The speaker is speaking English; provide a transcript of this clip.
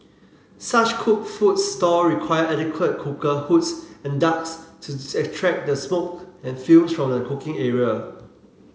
such cooked food stall require adequate cooker hoods and ducts to extract the smoke and fumes from the cooking area